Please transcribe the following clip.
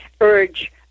urge